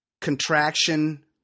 contraction